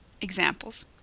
Examples